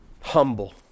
humble